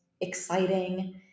exciting